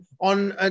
on